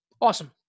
awesome